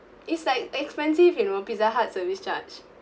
it's like expensive you know pizza hut service charge